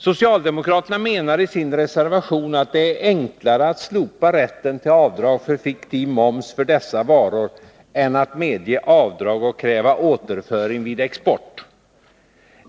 Socialdemokraterna menar i sin reservation att det är enklare att slopa rätten till avdrag för fiktiv moms för dessa varor än att medge avdrag och kräva återföring vid export.